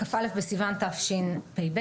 כ"א בסיוון התשפ"ב,